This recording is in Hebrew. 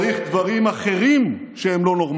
כדי להנהיג את מדינת ישראל צריך דברים אחרים שהם לא נורמליים.